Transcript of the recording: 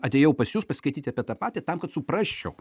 atėjau pas jus paskaityti apie tą patį tam kad suprasčiau